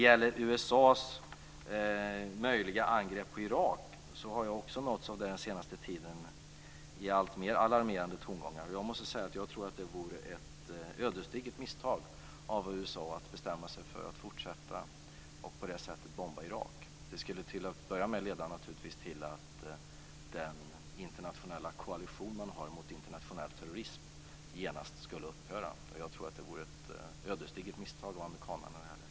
USA:s möjliga angrepp på Irak är något som jag också har nåtts av den senaste tiden i alltmer alarmerande tongångar. Jag måste säga att jag tror att det vore ett ödesdigert misstag av USA att bestämma sig för att fortsätta och på det sättet bomba Irak. Det skulle till att börja med naturligtvis leda till att den internationella koalitionen mot internationell terrorism genast skulle upphöra. Jag tror att det vore ett ödesdigert misstag av amerikanerna i det här läget.